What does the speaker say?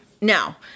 now